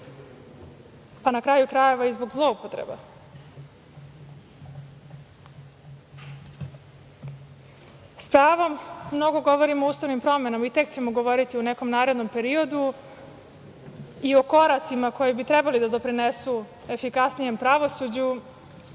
pa na kraju krajeva i zbog zloupotreba. Spravom, mnogo govorim o ustavnim promenama i tek ćemo govoriti u nekom narednom periodu i o koracima koji bi trebali da doprinesu efikasnijem pravosuđu,